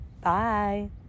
Bye